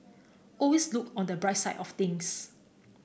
always look on the bright side of things